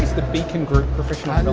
the beacon group professional